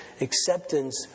acceptance